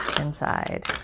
inside